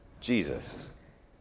Jesus